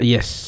Yes